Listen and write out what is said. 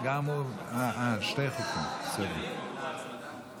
תהיה בן אדם, אולי יהיה בסדר, גזען.